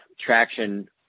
traction